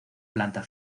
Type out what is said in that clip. planta